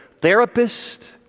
therapist